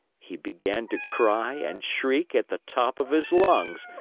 he began to cry and shriek at the top of his lungs,